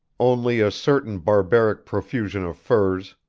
only a certain barbaric profusion of furs,